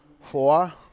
four